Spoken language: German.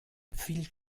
viel